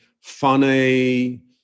funny